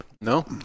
No